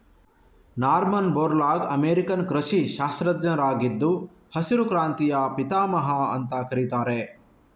Norman Borlaug American ಕೃಷಿ ಶಾಸ್ತ್ರಜ್ಞರಾಗಿದ್ದು ಹಸಿರು ಕ್ರಾಂತಿಯ ಪಿತಾಮಹ ಅಂತ ಕರೀತಾರೆ